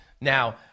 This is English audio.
Now